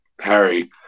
Harry